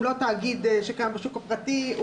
הוא לא תאגיד שגם בשוק הפרטי,